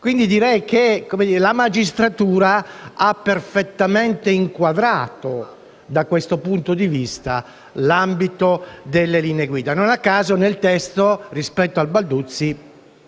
Quindi direi che la magistratura ha perfettamente inquadrato, da questo punto di vista, l'ambito delle linee guida. Non a caso nel testo, rispetto al decreto Balduzzi,